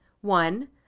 One